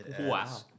wow